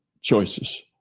choices